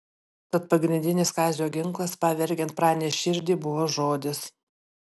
tad pagrindinis kazio ginklas pavergiant pranės širdį buvo žodis